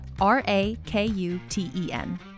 R-A-K-U-T-E-N